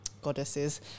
Goddesses